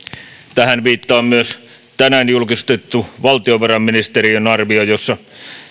tähän viittaa myös tänään julkistettu valtiovarainministeriön arvio jossa